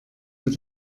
mit